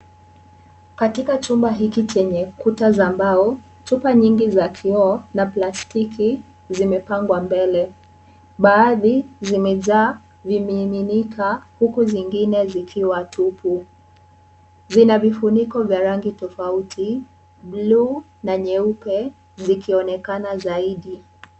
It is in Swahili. Katika chumba hiki chenye kuta za mbao chupa nyingi za kioo na plastiki zimepangwa mbele. Baadhi zimejaa vimiminika huku zingine zikiwa tupu. Zina vifuniko vya rangi tofauti blue na nyeupe zikionekana zaidi.